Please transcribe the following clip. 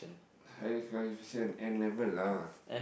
highest qualification N-level lah